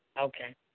Okay